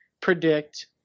predict